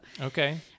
Okay